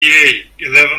eleven